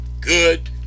good